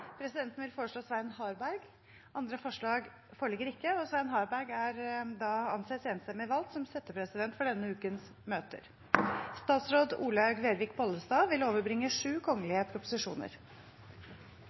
Presidenten vil foreslå Svein Harberg. – Andre forslag foreligger ikke, og Svein Harberg anses enstemmig valgt som settepresident for denne ukens møter. Representanten Mona Fagerås vil